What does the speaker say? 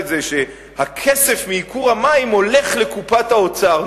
את זה שהכסף מייקור המים הולך לקופת האוצר.